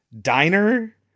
Diner